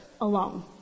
alone